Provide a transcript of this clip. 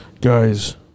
guys